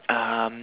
um